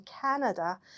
Canada